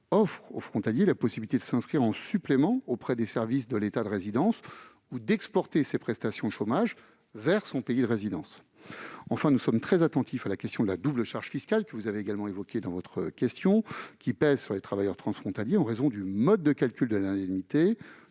frontaliers la possibilité de s'inscrire en supplément auprès des services de l'État de résidence, ou d'exporter leurs prestations chômage vers leur pays de résidence. Enfin, nous sommes très attentifs à la question de la double charge fiscale, que vous avez évoquée et qui pèse sur les travailleurs transfrontaliers en raison du mode de calcul de l'indemnité